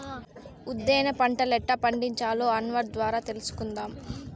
ఉద్దేన పంటలెట్టా పండించాలో అన్వర్ ద్వారా తెలుసుకుందాం